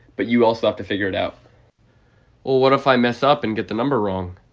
but you also have to figure it out well, what if i mess up and get the number wrong?